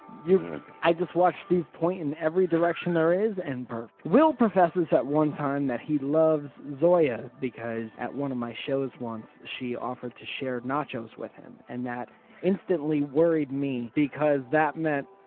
i just watched steve point in every direction there is. and burp will professes, at one time, that he loves zoja because at one my shows once she offered to share nachos with him and that instantly worried me, because. that meant,